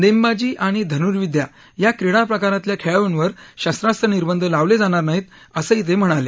नेमबाजी आणि धनुर्विदया या क्रीडा प्रकारांतल्या खेळाडूंवर शस्त्रास्त्र निर्बंध लावले जाणार नाहीत असं ते म्हणाले